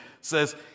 says